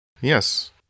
yes